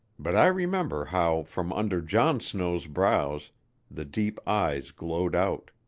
but i remember how from under john snow's brows the deep eyes glowed out.